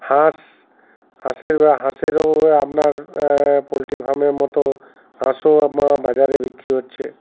হাঁস হাঁসের হাঁসেরও আপনার পোলট্রি ফার্মের মতো হাঁসও বাজারে বিক্রি হচ্ছে